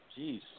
jeez